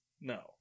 No